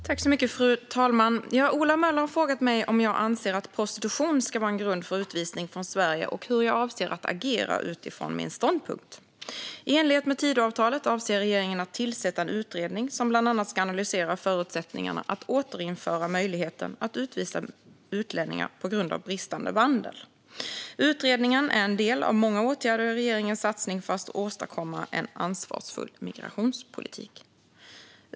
Fru talman! Ola Möller har frågat mig om jag anser att prostitution ska vara en grund för utvisning från Sverige och hur jag avser att agera utifrån min ståndpunkt. I enlighet med Tidöavtalet avser regeringen att tillsätta en utredning som bland annat ska analysera förutsättningarna för att återinföra möjligheten att utvisa utlänningar på grund av bristande vandel. Utredningen är en del av många åtgärder i regeringens satsning för att åstadkomma en ansvarsfull migrationspolitik.